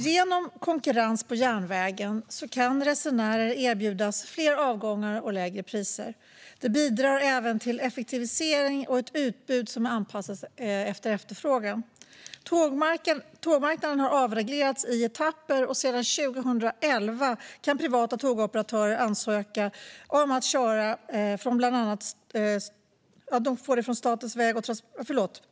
Genom konkurrens på järnvägen kan resenärer erbjudas fler avgångar och lägre priser. Det bidrar även till effektivisering och ett utbud som är anpassat utifrån efterfrågan. Tågmarknaden har avreglerats i etapper, och sedan 2011 kan privata tågoperatörer ansöka om att köra på samtliga tåglinjer i Sverige.